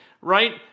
Right